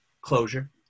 closure